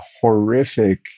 horrific